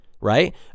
right